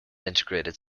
integrated